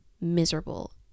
miserable